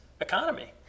economy